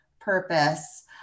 purpose